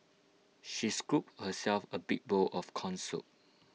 she scooped herself A big bowl of Corn Soup